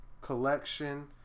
collection